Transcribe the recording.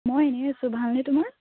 মই এনেই আছোঁ ভালনে তোমাৰ